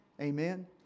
Amen